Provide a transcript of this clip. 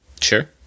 Sure